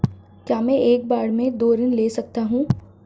क्या मैं एक बार में दो ऋण ले सकता हूँ?